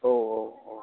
औ औ औ